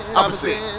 opposite